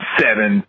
seven